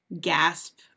gasp